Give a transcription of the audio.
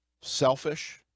selfish